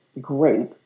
great